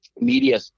media